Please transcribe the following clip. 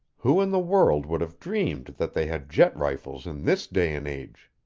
who in the world would have dreamed that they had jet-rifles in this day and age!